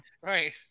Right